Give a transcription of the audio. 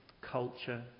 culture